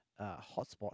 hotspot